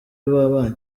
babanye